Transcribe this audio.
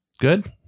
Good